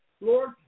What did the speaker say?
Lord